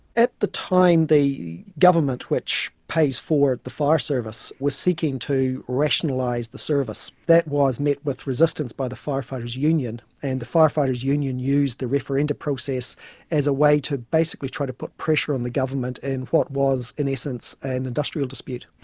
at the time, the government, which pays for the fire service, was seeking to rationalise the service. that was met with resistance by the firefighters' union, and the firefighters' union used the referenda process as a way to basically trying to put pressure on the government, and what was in essence, an industrial dispute.